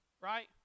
Right